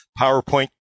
PowerPoint